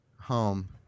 home